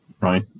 right